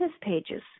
pages